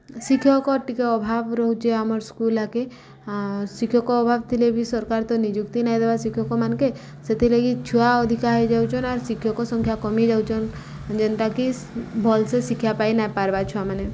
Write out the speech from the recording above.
ଶିକ୍ଷକ ଟିକେ ଅଭାବ୍ ରହୁଚେ ଆମର୍ ସ୍କୁଲ୍ ଆଗେ ଶିକ୍ଷକ ଅଭାବ୍ ଥିଲେ ବି ସରକାର ତ ନିଯୁକ୍ତି ନାଇ ଦେବା ଶିକ୍ଷକମାନ୍କେ ସେଥିଲାଗି ଛୁଆ ଅଧିକା ହେଇଯାଉଚନ୍ ଆର୍ ଶିକ୍ଷକ ସଂଖ୍ୟା କମିଯାଉଚନ୍ ଯେନ୍ଟାକି ଭଲ୍ସେ ଶିକ୍ଷା ପାଇନାଇପାର୍ବା ଛୁଆମାନେ